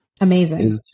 Amazing